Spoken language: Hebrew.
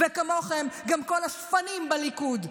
וכמוכם גם כל השפנים בליכוד.